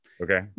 Okay